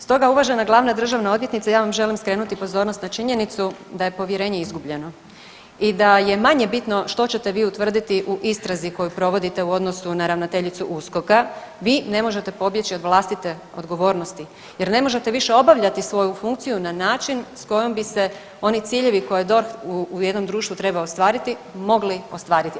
Stoga, uvažena glavna državna odvjetnice, ja vam želim skrenuti pozornost na činjenicu da je povjerenje izgubljeno i da je manje bitno što ćete vi utvrditi u istrazi koju provodite u odnosu na ravnateljicu USKOK-a, vi ne možete pobjeći od vlastite odgovornosti jer ne možete više obavljati svoju funkciju na način s kojom bi se oni ciljevi koje DORH u jednom društvu treba ostvariti, mogli ostvariti.